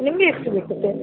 ನಿಮಗೆ ಎಷ್ಟು ಬೇಕು ಸರ್